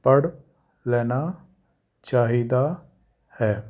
ਪੜ੍ਹ ਲੈਣਾ ਚਾਹੀਦਾ ਹੈ